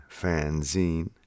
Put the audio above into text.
fanzine